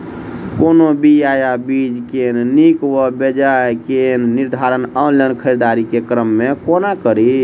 कोनों बीया वा बीज केँ नीक वा बेजाय केँ निर्धारण ऑनलाइन खरीददारी केँ क्रम मे कोना कड़ी?